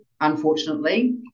unfortunately